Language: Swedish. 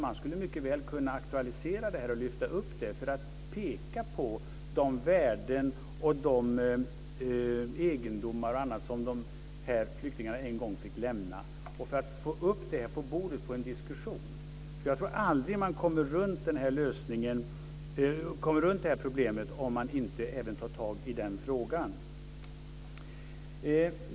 Man skulle mycket väl kunna aktualisera detta för att peka på de värden, de egendomar och annat, som de här flyktingarna en gång fick lämna och för att lyfta upp det på bordet för en diskussion. Jag tror inte att man kommer runt det här problemet om man inte även tar tag i den frågan.